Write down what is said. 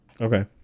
Okay